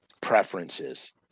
preferences